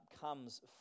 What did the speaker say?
comes